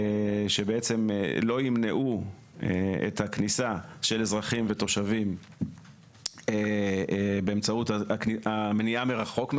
שלא ימנעו את הכניסה של אזרחים ותושבים באמצעות מניעה מרחוק.